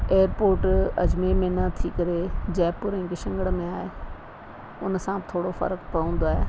airport Ajmer में न थी करे जयपुर ऐं किशनगढ़ में आहे उन सां थोरो फ़र्क़ु पवंदो आहे